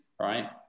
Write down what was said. right